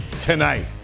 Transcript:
tonight